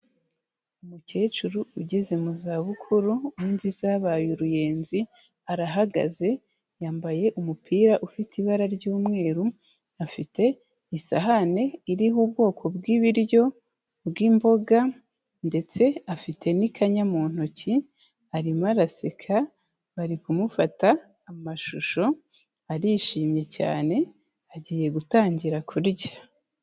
Umukecuru ugeze mu zabukuru w'imvi zabaye uruyenzi arahagaze, yambaye umupira ufite ibara ry'umweru, afite isahane iriho ubwoko bw'ibiryo bw'imboga ndetse afite n'ikanya mu ntoki arimo araseka, bari kumufata amashusho, arishimye cyane agiye gutangira kurya.